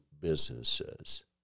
businesses